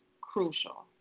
crucial